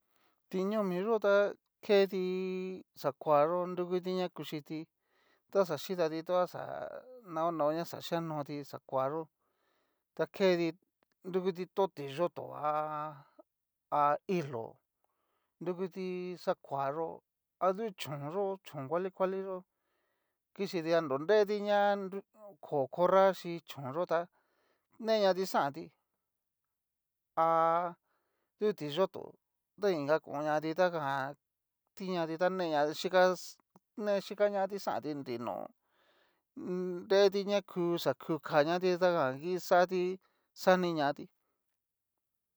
Ti ñomi yó ta keti xakuayo nrukuti na kuchiti taxa xhikati ta na onao ña xa yianoti xakuayó ta keti nrukuti tó tiyotó ha. ha ilo nrukuti xakuayó, adu chón yo chón kuali kuali yó kichiti no nreti ña ko corra xhi chón yó tá neñati xanti ha du ti'yoto, nra ni akonñati ta jan ti ñati ta ne ñati xhikas, ne chikañati xanti nri nó nreti na xa ku kañati ta jan kixati xaniñati.